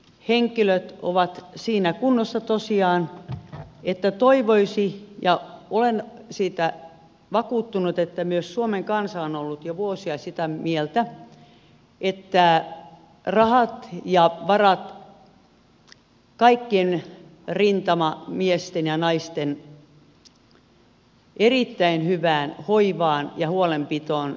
henkilöt ovat siinä kunnossa tosiaan että toivoisi ja olen siitä vakuuttunut että myös suomen kansa on ollut jo vuosia sitä mieltä että rahat ja varat kaikkien rintamamiesten ja naisten erittäin hyvään hoivaan ja huolenpitoon löytyisivät